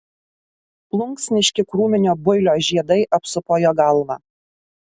plunksniški krūminio builio žiedai apsupo jo galvą